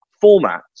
format